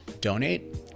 donate